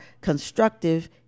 constructive